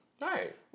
Right